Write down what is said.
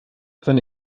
seine